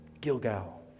Gilgal